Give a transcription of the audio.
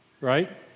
Right